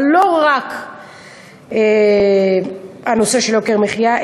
אבל לא רק הנושא של יוקר המחיה,